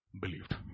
believed